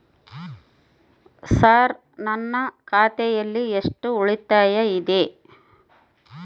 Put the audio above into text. Sir ನನ್ನ ಖಾತೆಯಲ್ಲಿ ಎಷ್ಟು ಉಳಿತಾಯ ಇದೆ?